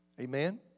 Amen